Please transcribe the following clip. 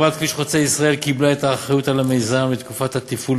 חברת "כביש חוצה ישראל" קיבלה את האחריות למיזם לתקופת התפעול